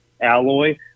alloy